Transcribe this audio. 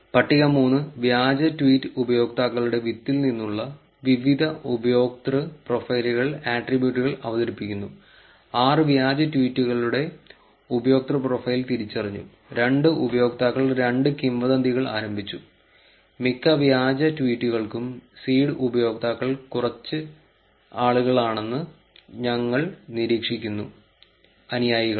പട്ടിക 3 വ്യാജ ട്വീറ്റ് ഉപയോക്താക്കളുടെ വിത്തിൽ നിന്നുള്ള വിവിധ ഉപയോക്തൃ പ്രൊഫൈലുകൾ ആട്രിബ്യൂട്ടുകൾ അവതരിപ്പിക്കുന്നു 6 വ്യാജ ട്വീറ്റുകളുടെ ഉപയോക്തൃ പ്രൊഫൈലുകൾ തിരിച്ചറിഞ്ഞു 2 ഉപയോക്താക്കൾ രണ്ട് കിംവദന്തികൾ ആരംഭിച്ചു മിക്ക വ്യാജ ട്വീറ്റുകൾക്കും സീഡ് ഉപയോക്താക്കൾ കുറച്ച് ആളുകളാണെന്ന് ഞങ്ങൾ നിരീക്ഷിക്കുന്നു അനുയായികൾ